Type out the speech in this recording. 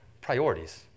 priorities